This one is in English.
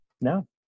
No